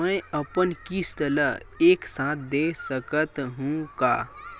मै अपन किस्त ल एक साथ दे सकत हु का?